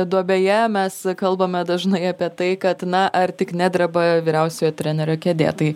duobėje mes kalbame dažnai apie tai kad na ar tik nedreba vyriausiojo trenerio kėdė tai